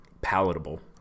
palatable